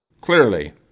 Clearly